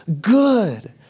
good